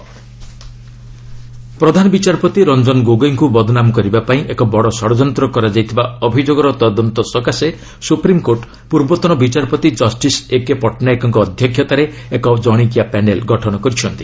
SC CJI panel ପ୍ରଧାନ ବିଚାରପତି ରଞ୍ଜନ ଗୋଗୋଇଙ୍କୁ ବଦନାମ କରିବା ପାଇଁ ଏକ ବଡ଼ ଷଡ଼ଯନ୍ତ କରାଯାଇଥିବା ଅଭିଯୋଗର ତଦନ୍ତ ସକାଶେ ସୁପ୍ରିମ୍କୋର୍ଟ ପୂର୍ବତନ ବିଚାରପତି କଷ୍ଟିସ୍ ଏକେ ପଟ୍ଟନାୟକଙ୍କ ଅଧ୍ୟକ୍ଷତାରେ ଏକ ଜଣିକିଆ ପ୍ୟାନେଲ୍ ଗଠନ କରିଛନ୍ତି